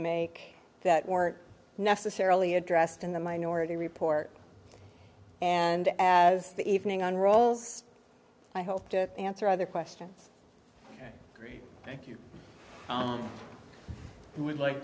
make that weren't necessarily addressed in the minority report and as the evening on rolls i hope to answer other questions thank you and would like